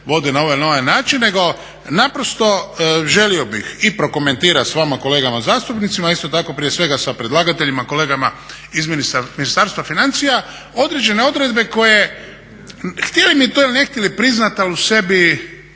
na ovaj ili onaj način, nego naprosto želio bih i prokomentirati s vama kolegama zastupnicima, i isto tako prije svega sa predlagateljima kolegama iz Ministarstva financija određene odredbe koje htjeli mi to ili ne htjeli priznati ali u sebi